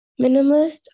Minimalist